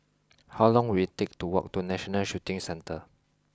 how long will it take to walk to National Shooting Centre